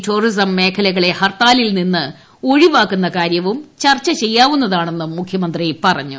tourism മേഖലകളെ ഹർത്താലിൽ നിന്ന് ഒഴിവാക്കുന്ന കാര ്യവും ചർച്ചു ചെയ്യാവുന്നതാണെന്നും മുഖ്യമന്ത്രി പറഞ്ഞു